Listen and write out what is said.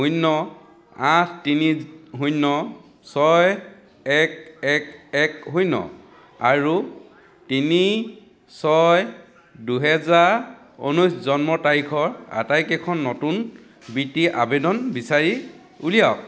শূন্য আঠ তিনি শূন্য ছয় এক এক এক শূন্য আৰু তিনি ছয় দুহেজাৰ ঊনৈছ জন্মৰ তাৰিখৰ আটাইকেইখন নতুন বৃত্তি আবেদন বিচাৰি উলিয়াওক